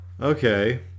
okay